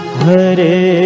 hare